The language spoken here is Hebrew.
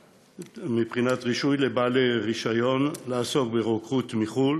רישוי לבעלי רישיון לעסוק ברוקחות מחוץ-לארץ,